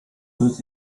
did